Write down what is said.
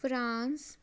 France